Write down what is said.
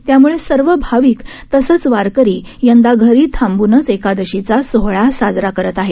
त्याम्ळे सर्व भाविक तसंच वारकरी यंदा घरी थांबूनच एकादशीचा सोहळा साजरा करत आहेत